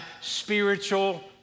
spiritual